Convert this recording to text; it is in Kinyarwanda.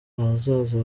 ahazaza